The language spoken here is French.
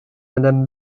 madame